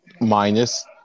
minus